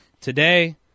today